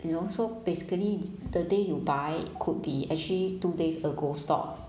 you know so basically the day you buy could be actually two days ago stock